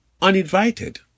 uninvited